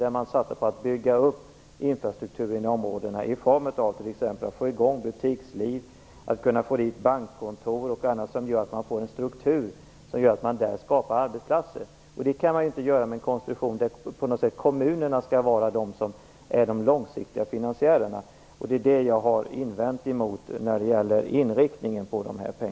Vi borde satsa på att bygga upp infrastrukturen i områdena, t.ex. på att få i gång butiksliv, att få dit bankkontor och annat som åstadkommer en struktur som gör att man där skapar arbetsplatser. Det kan vi inte göra med en konstruktion som förutsätter att kommunerna skall vara de långsiktiga finansiärerna. Det är det jag har invänt emot när det gäller inriktningen på stödet.